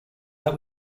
that